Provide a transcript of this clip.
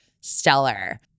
stellar